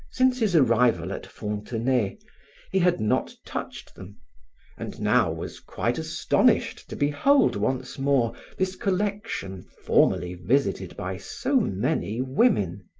since his arrival at fontenay he had not touched them and now was quite astonished to behold once more this collection formerly visited by so many women.